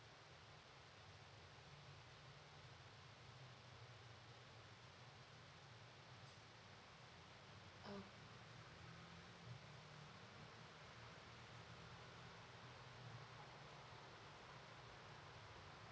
oh